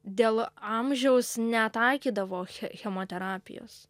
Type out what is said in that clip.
dėl amžiaus netaikydavo che chemoterapijos